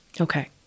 Okay